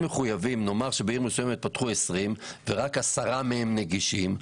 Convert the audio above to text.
נאמר שבעיר מסוימת ייפתחו 20 ורק 10 מהם נגישים,